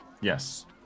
Yes